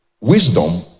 wisdom